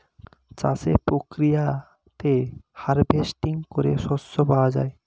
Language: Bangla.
চাষের প্রক্রিয়াতে হার্ভেস্টিং করে শস্য পাওয়া যায়